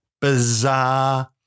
bizarre